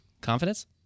Confidence